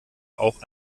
auch